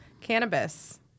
Cannabis